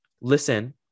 listen